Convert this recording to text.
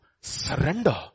surrender